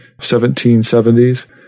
1770s